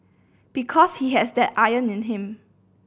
because he has that iron in him